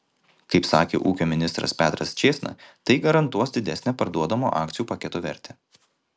kaip sakė ūkio ministras petras čėsna tai garantuos didesnę parduodamo akcijų paketo vertę